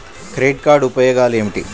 Credit card ఉపయోగాలు ఏమిటి?